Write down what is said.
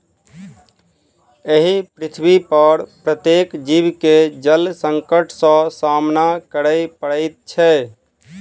एहि पृथ्वीपर प्रत्येक जीव के जल संकट सॅ सामना करय पड़ैत छै